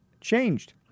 changed